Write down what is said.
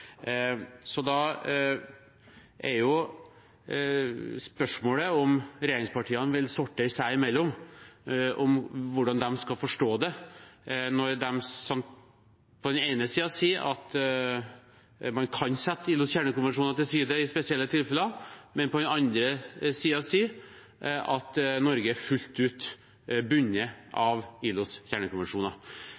Da er spørsmålet om regjeringspartiene seg imellom vil sortere hvordan de skal forstå det, når de på den ene siden sier at man kan sette ILOs kjernekonvensjoner til side i spesielle tilfeller, men på den andre siden sier at Norge fullt ut er bundet